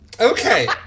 Okay